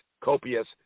copious